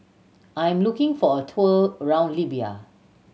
I am looking for a tour around Libya